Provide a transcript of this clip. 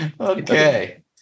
Okay